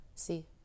see